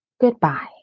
goodbye